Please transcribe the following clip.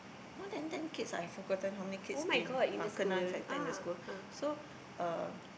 more than ten kids I forgotten how many kids in uh kena infected in the school so um